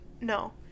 No